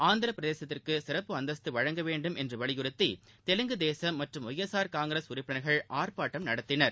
ஆந்திரப்பிரதேசத்திற்கு சிறப்பு அந்தஸ்து வழங்க வேண்டுமென்று வலியுறுத்தி தெலுங்கு தேசம் மற்றும் ஒய்எஸ்ஆர் காங்கிரஸ் உறுப்பினர்கள் ஆர்ப்பாட்டம் நடத்தினர்